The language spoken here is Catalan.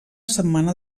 setmana